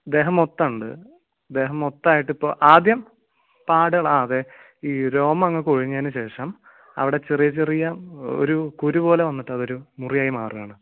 ദേഹം മൊത്തമുണ്ട് ദേഹം മൊത്തമായിട്ടിപ്പോൾ ആദ്യം പാടുകൾ ആ അതെ ഈ രോമം അങ്ങ് കൊഴിഞ്ഞതിനുശേഷം അവിടെ ചെറിയ ചെറിയ ഒരു കുരുപോലെ വന്നിട്ട് അതൊരു മുറിവായി മാറുകയാണ്